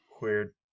weird